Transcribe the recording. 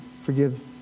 forgive